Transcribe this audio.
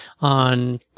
on